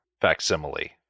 facsimile